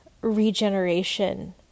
regeneration